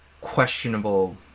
questionable